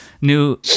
new